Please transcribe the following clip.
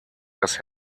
das